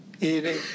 Eating